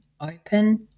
open